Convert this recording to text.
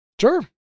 Sure